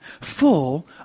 full